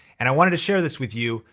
and i wanted to share this with you.